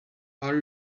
are